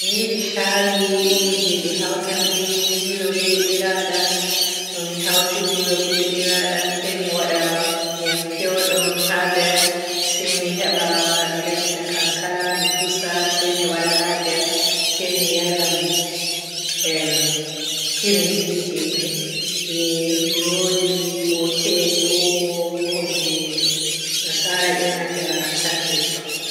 Mi yiɗi shayi irin je be hautan be milo be biradam. To mi hauti milo be biradam se mi waada ndiyam pewɗum haa nder se mi heba mi dabbita kankara mi poosa se waada haa nder mi yaram emm irim ti je may be buroodi, ko kek ko hunnde nasara yoonata sanwich ɗo.